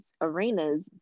arenas